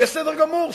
בסדר גמור.